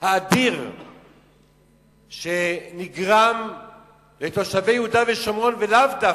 האדיר שנגרם לתושבי יהודה ושומרון, ולאו דווקא,